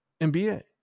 NBA